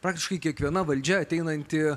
praktiškai kiekviena valdžia ateinanti